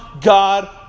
God